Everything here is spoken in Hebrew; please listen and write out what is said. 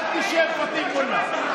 אל תשב, פטין מולא.